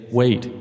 wait